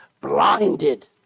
blinded